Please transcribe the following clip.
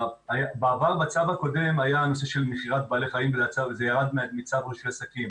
בעבר בצו הקודם היה נושא של מכירת בעלי חיים וזה ירד מצו רישוי עסקים.